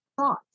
thought